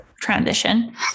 transition